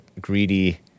greedy